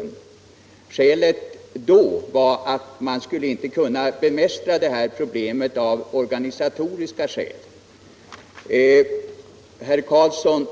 Man sade den gången att man inte kunde bemästra detta problem av organisatoriska skäl. Men nu.